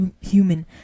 human